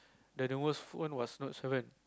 the the best phone was Note-seven